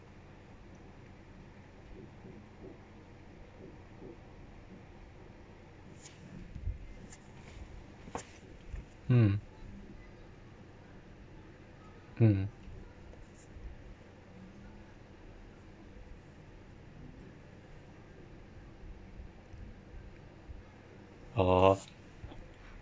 mm mm oh